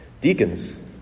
Deacons